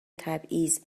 تبعیض